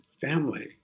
family